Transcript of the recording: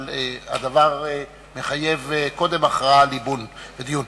אבל הדבר מחייב, קודם הכרעה ליבון ודיון.